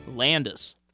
Landis